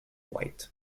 white